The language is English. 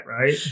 right